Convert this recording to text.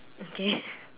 okay